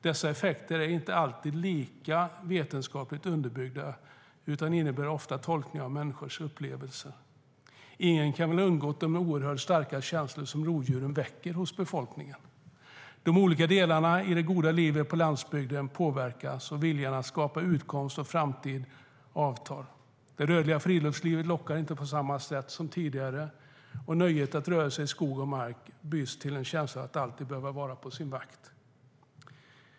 Dessa effekter är inte alltid lika vetenskapligt underbyggda utan innebär tolkningar av människors upplevelser. Ingen kan väl ha undgått de oerhört starka känslor som rovdjuren väcker hos befolkningen. De olika delarna i det goda livet på landsbygden påverkas, och viljan att skapa utkomst och framtid avtar. Det rörliga friluftslivet lockar inte på samma sätt som tidigare. Nöjet att röra sig i skog och mark byts till en känsla av att alltid behöva vara på sin vakt.